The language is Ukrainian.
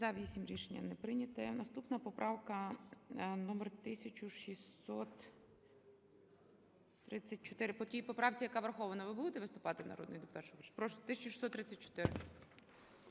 За-8 Рішення не прийнято. Наступна поправка - номер 1634. По тій поправці, яка врахована, ви будете виступати, народний депутат Шуфрич? Прошу, 1634.